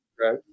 Right